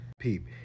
peep